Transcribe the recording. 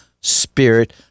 spirit